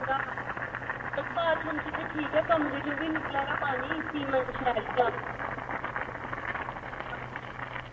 जां बाथरूम च ते ठीक ऐ कमरे चा बी निकला दा पानी सीमैंट शैल निं हा